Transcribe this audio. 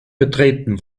betreten